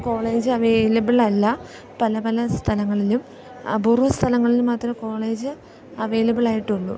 college available അല്ല പല പല സ്ഥലങ്ങളിലും അപൂർവ സ്ഥലങ്ങളിൽ മാത്രമേ കോളേജ് അവൈലബ്ൾ ആയിട്ടുള്ളൂ